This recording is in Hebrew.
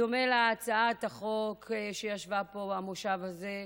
בדומה להצעת החוק שהייתה פה, במושב הזה,